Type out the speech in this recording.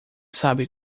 sabe